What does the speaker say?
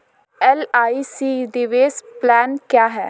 LIC निवेश plan क्या है?